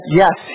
yes